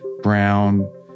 brown